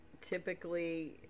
typically